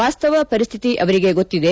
ವಾಸ್ತವ ಪರಿಸ್ಟಿತಿ ಅವರಿಗೆ ಗೊತ್ತಿದೆ